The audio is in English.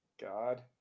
God